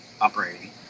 operating